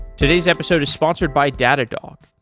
today's episode is sponsored by datadog,